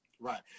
Right